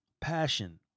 passion